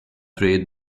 trade